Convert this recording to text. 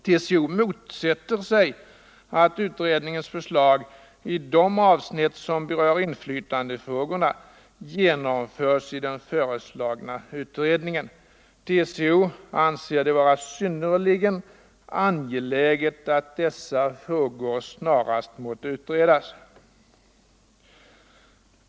TCO motsätter sig att utredningens förslag, i de avsnitt som berör inflytandefrågorna, genomförs i den föreslagna utformningen. Sammanfattningsvis anser TCO det vara synnerligen angeläget att dessa frågor snarast utreds.